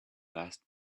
last